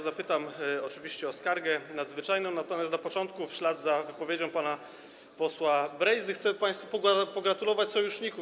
Zapytam oczywiście o skargę nadzwyczajną, natomiast na początku w ślad za wypowiedzią pana posła Brejzy chcę państwu pogratulować sojuszników.